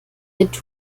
mit